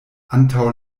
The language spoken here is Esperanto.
antaŭ